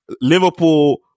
Liverpool